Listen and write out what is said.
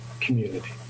community